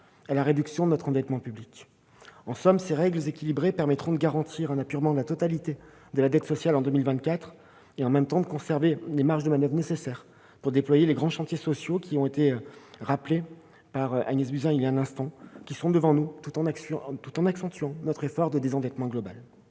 à la réduction de notre endettement public. En somme, ces règles équilibrées permettront de garantir l'apurement de la totalité de la dette sociale en 2024 et, en même temps, de conserver les marges de manoeuvre nécessaires pour déployer les grands chantiers sociaux, qui ont été rappelés par Agnès Buzyn il y a un instant et qui sont encore devant nous, tout en accentuant notre effort de désendettement global.